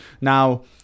Now